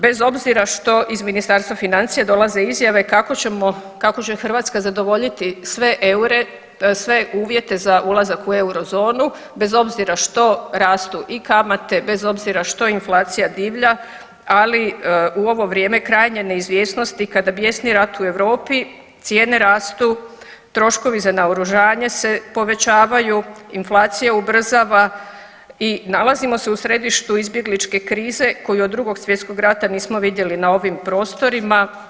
Bez obzira što iz Ministarstva financija dolaze izjave kako ćemo, kako će Hrvatska zadovoljiti sve eure, sve uvjete za ulazak u Eurozonu, bez obzira što rastu i kamate, bez obzira što inflacija divlja, ali u ovo vrijeme krajnje neizvjesnosti kada bjesni rat u Europi cijene rastu, troškovi za naoružanje se povećavaju, inflacija ubrzava i nalazimo se u središtu izbjegličke krize koju od Drugog svjetskog rata nismo vidjeli na ovim prostorima.